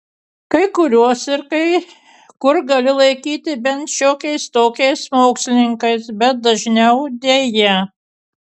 kai kuriuos ir kai kur gali laikyti bent šiokiais tokiais mokslininkais bet dažniau deja